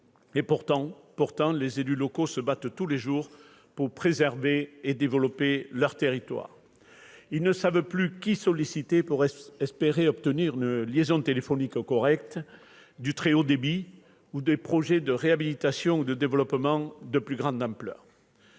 Pourtant, les élus locaux se battent tous les jours pour préserver et développer leur territoire. Ils ne savent plus qui solliciter pour espérer obtenir une liaison téléphonique correcte, du très haut débit, ou des projets de réhabilitation ou de développement de plus grande ampleur.